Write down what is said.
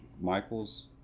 Michaels